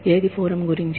ఇది ఫోరమ్ గురించి